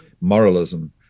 moralism